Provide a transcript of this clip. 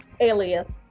Alias